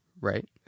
Right